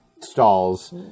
stalls